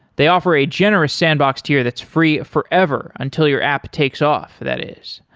they offer a generous sandbox to you that's free forever until your app takes off, that is.